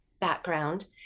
background